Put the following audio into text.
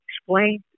explain